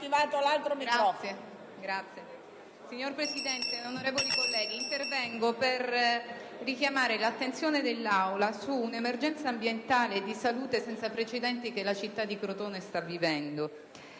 *(PD)*. Signora Presidente, onorevoli colleghi, intervengo per richiamare l'attenzione dell'Aula su un'emergenza ambientale e di salute senza precedenti che la città di Crotone sta vivendo.